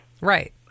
Right